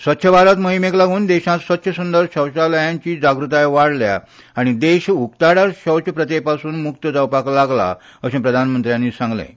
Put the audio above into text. स्वच्छ भारत मोहिमेक लागून देशांत स्वच्छ सुंदर शौचालयांची जागृताय वाडल्या आनी देश उकताडार शौच प्रथेपसून मुक्त जावपाक लागला अशें प्रधानमंत्र्यांनी सांगलें